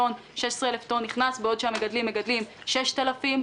16,000 טון נכנס בעוד שכאן מגדלים 6,000 טון.